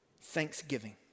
thanksgiving